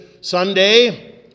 Sunday